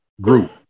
group